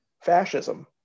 fascism